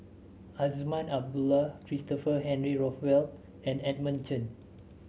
Azman Abdullah Christopher Henry Rothwell and Edmund Chen